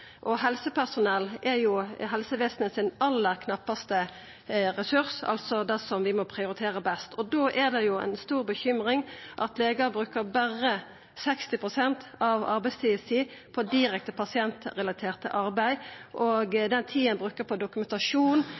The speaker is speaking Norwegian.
og behandlar. Helsepersonell er den aller knappaste ressursen i helsevesenet, altså det vi må prioritera høgast. Difor er det ei stor bekymring at legar berre bruker 60 pst. av arbeidstida si på direkte pasientrelatert arbeid. Den tida ein bruker på dokumentasjon,